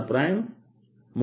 1